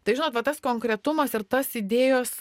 tai žinot tas konkretumas ir tas idėjos